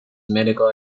medical